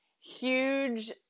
huge